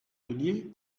candelier